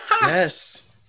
Yes